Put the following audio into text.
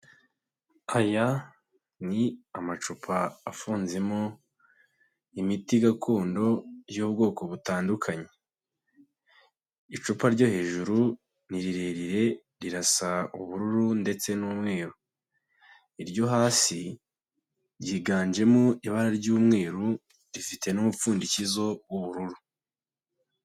Aya ni amacupa afunzemo imiti gakondo y'ubwoko butandukanye, icupa ryo hejuru ni rirerire rirasa ubururu ndetse n'umweru, iryo hasi ryiganjemo ibara ry'umweru, rifite n'umupfundikizo w'ubururu.